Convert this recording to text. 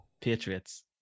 Patriots